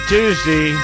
Tuesday